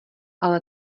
ale